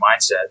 mindset